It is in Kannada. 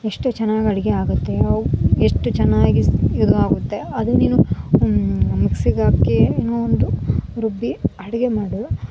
ಎಷ್ಟು ಚೆನ್ನಾಗಿ ಅಡುಗೆ ಆಗುತ್ತೆ ಅವು ಎಷ್ಟು ಚೆನ್ನಾಗಿ ಇದು ಆಗುತ್ತೆ ಅದನ್ನಿನ್ನು ಮಿಕ್ಸಿಗೆ ಹಾಕಿ ಏನೋ ಒಂದು ರುಬ್ಬಿ ಅಡುಗೆ ಮಾಡು